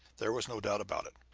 there was no doubt about it.